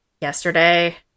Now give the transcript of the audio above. Yesterday